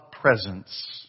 presence